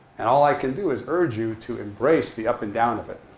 and all i can do is urge you to embrace the up and down of it,